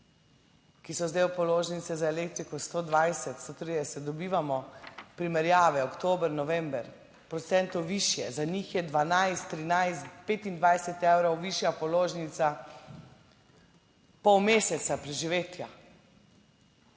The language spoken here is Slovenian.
ki so zdaj položnice za elektriko 120, 130, dobivamo primerjave oktober, november, procentov višje, za njih je 12, 13, 25 evrov višja položnica, pol meseca preživetja,